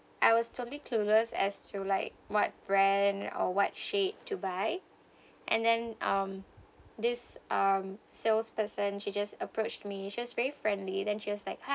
I was totally clueless as to like what brand or what shade to buy and then um this um salesperson she just approached me she was very friendly then she was like